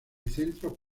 centros